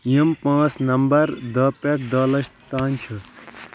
یِم پانٛژھ نمبر دہ پٮ۪ٹھ دہ لَچھ تانۍ چھ